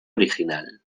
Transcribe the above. original